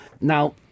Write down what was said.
now